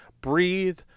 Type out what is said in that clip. Breathe